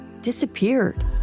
disappeared